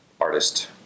artist